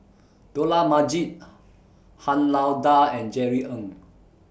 Dollah Majid Han Lao DA and Jerry Ng